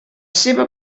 seva